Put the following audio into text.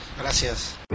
Gracias